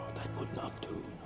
would not do,